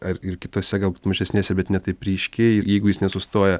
ar ir kitose galbūt mažesnėse bet ne taip ryškiai jeigu jis nesustoja